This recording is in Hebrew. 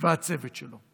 ולצוות שלו.